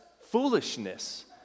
foolishness